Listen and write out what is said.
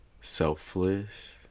selfless